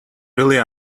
really